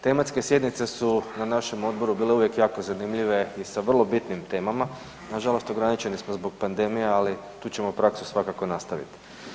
Tematske sjednice su na našem odboru bile uvijek jako zanimljive i sa vrlo bitnim temama, nažalost ograničeni smo zbog pandemije, ali tu ćemo praksu svakako nastaviti.